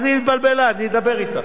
אז היא התבלבלה, אני אדבר אתה.